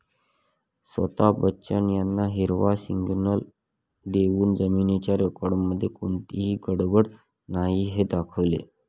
स्वता बच्चन यांना हिरवा सिग्नल देऊन जमिनीच्या रेकॉर्डमध्ये कोणतीही गडबड नाही हे दाखवले